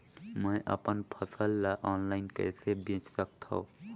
मैं अपन फसल ल ऑनलाइन कइसे बेच सकथव?